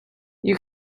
you